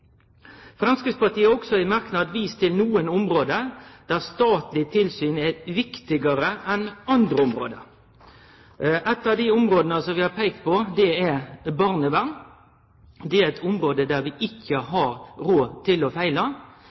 Framstegspartiet har også i ein merknad vist til nokre område der statleg tilsyn er viktigare enn på andre område. Eit av dei områda som vi har peikt på, er barnevernet. Det er eit område der vi ikkje har råd til å